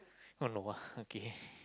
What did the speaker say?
no no !wah! okay